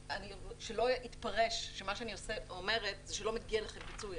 שלא יתפרש שמה שאני אומרת זה שלא מגיע לכם פיצוי.